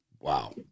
Wow